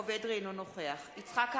אינו נוכח יצחק אהרונוביץ,